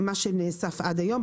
מה שנאסף עד היום,